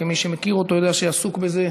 מי שמכיר אותו יודע שהוא עסוק בזה.